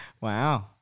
Wow